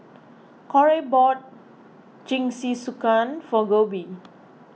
Corey bought Jingisukan for Koby